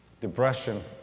Depression